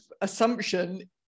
assumption